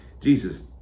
Jesus